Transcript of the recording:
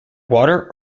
water